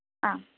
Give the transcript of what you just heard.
അ